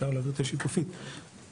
ישראל ברטל שיציג את הדוח של מדעי הרוח.